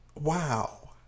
wow